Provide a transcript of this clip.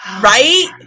Right